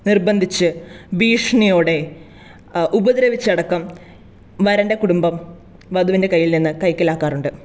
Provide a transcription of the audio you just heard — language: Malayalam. നിർബന്ധിച്ച് ഭീഷണിയോടെ ഉപദ്രവിച്ച് അടക്കം വരൻറ്റെ കുടുംബം വധുവിൻറ്റെ കയ്യിൽ നിന്ന് കൈക്കലാക്കാറുണ്ട്